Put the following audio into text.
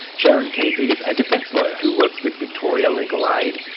sharon keith is a defence lawyer who works with victoria legal aid.